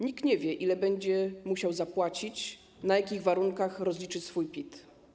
Nikt nie wie, ile będzie musiał zapłacić i na jakich warunkach ma rozliczyć swój PIT.